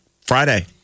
Friday